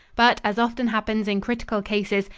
but, as often happens in critical cases,